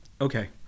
Okay